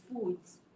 foods